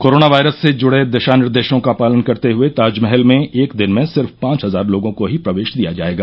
coronavirus से जुड़े दिशा निर्देशों का पालन करते हुए ताजमहल में एक दिन में सिर्फ पांच हजार लोगों को ही प्रवेश दिया जाएगा